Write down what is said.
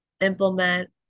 implement